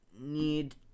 need